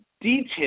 details